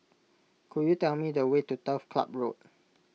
could you tell me the way to Turf Ciub Road